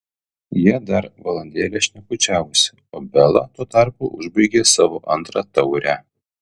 jie dar valandėlę šnekučiavosi o bela tuo tarpu užbaigė savo antrą taurę